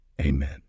amen